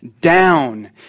down